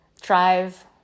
drive